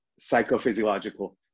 psychophysiological